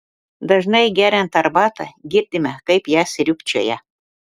dažnai geriant arbatą girdime kaip ją sriubčioja